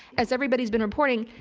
as everybody's been reporting.